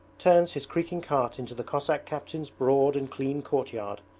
turns his creaking cart into the cossack captain's broad and clean courtyard,